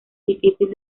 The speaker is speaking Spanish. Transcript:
difícil